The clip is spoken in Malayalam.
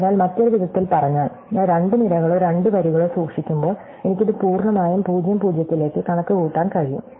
അതിനാൽ മറ്റൊരു വിധത്തിൽ പറഞ്ഞാൽ ഞാൻ രണ്ട് നിരകളോ രണ്ട് വരികളോ സൂക്ഷിക്കുമ്പോൾ എനിക്ക് ഇത് പൂർണ്ണമായും 0 0 ലേക്ക് കണക്കുകൂട്ടാൻ കഴിയും